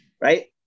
right